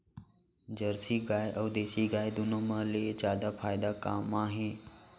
Jersey गाय अऊ देसी गाय दूनो मा ले जादा फायदा का मा हे?